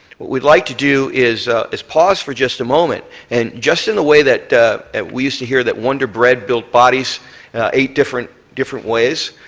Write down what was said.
what we'd like to do is is pause for just a moment. and just in the way that we used to hear that wonder bread built bodies in different different ways,